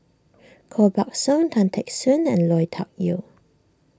Koh Buck Song Tan Teck Soon and Lui Tuck Yew